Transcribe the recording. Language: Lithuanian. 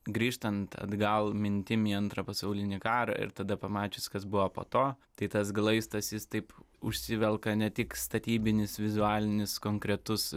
grįžtant atgal mintim į antrą pasaulinį karą ir tada pamačius kas buvo po to tai tas glaistas jis taip užsivelka ne tik statybinis vizualinis konkretus